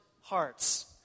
hearts